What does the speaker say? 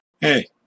Hey